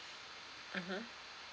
mmhmm